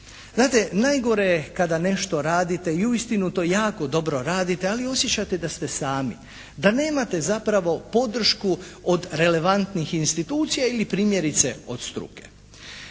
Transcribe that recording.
Znate najgore je kada nešto radite i uistinu to jako dobro radite, ali osjećate da ste sami. Da nemate zapravo podršku od relevantnih institucija ili primjerice od struke.